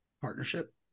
Partnership